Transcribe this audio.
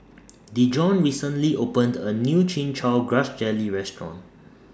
Dijon recently opened A New Chin Chow Grass Jelly Restaurant